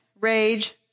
rage